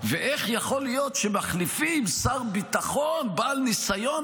ואיך יכול להיות שמחליפים שר ביטחון בעל ניסיון